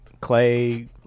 Clay